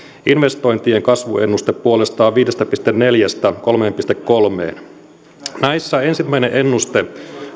investointien kasvuennuste puolestaan viidestä pilkku neljästä kolmeen pilkku kolmeen näistä ensimmäinen ennuste